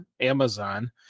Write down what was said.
Amazon